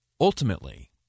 Ultimately